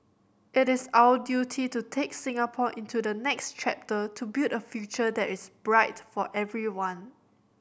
it is our duty to take Singapore into the next chapter to build a future that is bright for everyone